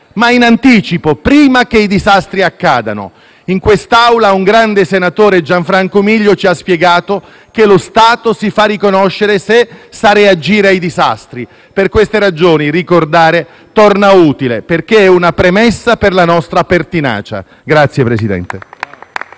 ma in anticipo, prima che i disastri accadano. In quest'Aula un grande senatore, Gianfranco Miglio, ci ha spiegato che lo Stato si fa riconoscere se sa reagire ai disastri. Per queste ragioni ricordare torna utile, perché è una premessa per la nostra pertinacia. Grazie, signor Presidente.